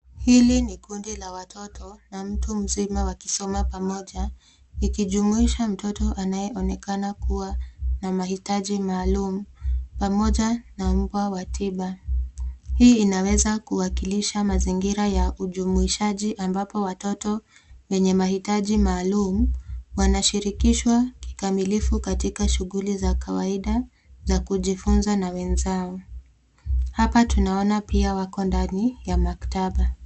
Hili ni kundi la watoto na mtu mzima wakisoma pamoja ikijumuisha mtoto anayeonekana kuwa na mahitaji maalum pamoja na mpa wa tiba. Hii inaweza kuwakilisha mazingira ya ujumuhishaji ambapo watoto wenye mahitaji maalum wanashirikishwa kikamilifu katika shughuli za kawaida za kujifunza na wenzao. Hapa tunaona pia wako ndani ya maktaba.